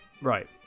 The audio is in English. Right